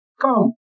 Come